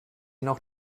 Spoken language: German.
noch